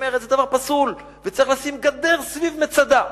שמרד זה דבר פסול, וצריך לשים גדר סביב מצדה,